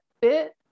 bit